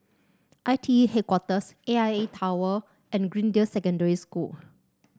I T E Headquarters A I A Tower and Greendale Secondary School